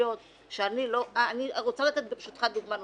אני מבקשת להציג, ברשותך, דוגמה נוספת.